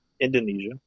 Indonesia